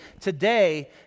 today